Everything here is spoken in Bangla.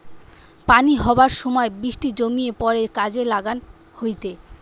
পানি হবার সময় বৃষ্টি জমিয়ে পড়ে কাজে লাগান হয়টে